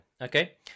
okay